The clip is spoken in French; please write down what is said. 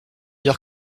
dire